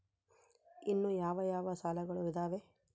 ಇನ್ನು ಯಾವ ಯಾವ ಸಾಲಗಳು ಇದಾವೆ?